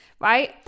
right